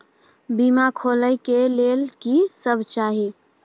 बीमा खोले के लेल की सब चाही?